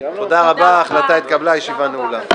הרביזיה התקבלה.